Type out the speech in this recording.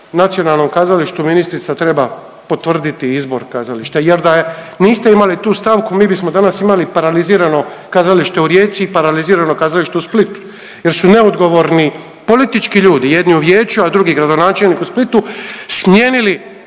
nacionalnom kazalištu ministrica treba potvrditi izbor kazališta. Jer da niste imali tu stavku mi bismo danas imali paralizirano kazalište u Rijeci, paralizirano kazalište u Splitu jer su neodgovorni politički ljudi, jedni u vijeću, a drugi gradonačelnik u Splitu smijenili